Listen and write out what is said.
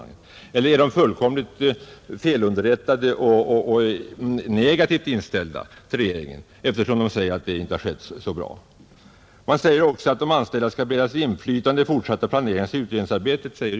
Eller är personalen fullkomligt felunderrättad och bara negativt inställd till regeringen, eftersom den säger att handläggningen inte har varit så bra? Utskottet säger också att de anställda skall beredas ”inflytande i det fortsatta planeringsoch utredningsarbetet”.